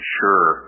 sure